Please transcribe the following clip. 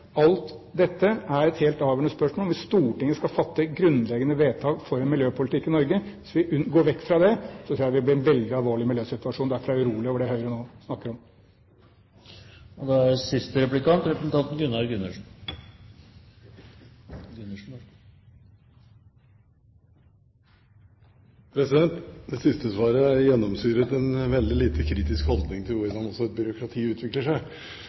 Alt dette er helt avgjørende spørsmål. Hvis vi går vekk fra at Stortinget skal fatte grunnleggende vedtak for en miljøpolitikk i Norge, tror jeg det blir en veldig alvorlig miljøsituasjon. Derfor er jeg urolig over det Høyre nå snakker om. Det siste svaret er gjennomsyret av en veldig lite kritisk holdning til hvordan også et byråkrati utvikler seg.